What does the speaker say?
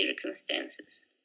circumstances